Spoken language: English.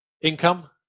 income